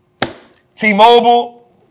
T-Mobile